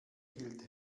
hielt